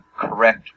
correct